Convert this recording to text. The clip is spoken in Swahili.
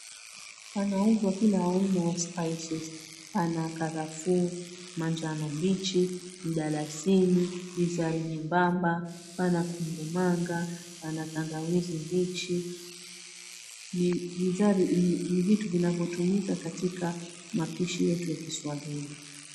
Panauzwa kila aina ya spices . Pana karafuu, manjano mbichi, mdalasini, bizari nyembamba, pana kukumanga, pana tangawizi mbichi. Ni vitu vinavyotumika katika mapishi yetu ya kiswahili.